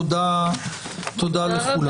תודה לכולם.